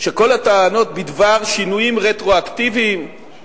שכל הטענות בדבר שינויים רטרואקטיביים הם